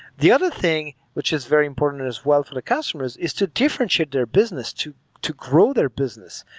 the other thing, which is very important as well for the customers is to differentiate their business to to grow their business.